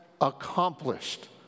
accomplished